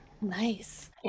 Nice